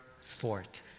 fort